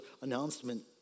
announcement